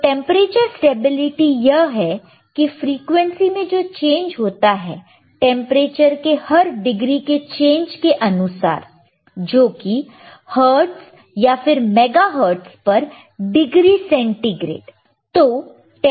तो temperature stability यह है कि फ्रीक्वेंसी में जो चेंज होता है टेंपरेचर के हर डिग्री के चेंज के अनुसार जो कि हर्ट्ज़ या फिर मेगा हर्ट्ज़ पर डिग्री सेंटीग्रेड